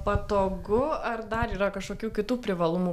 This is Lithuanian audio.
patogu ar dar yra kažkokių kitų privalumų